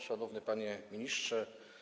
Szanowny Panie Ministrze!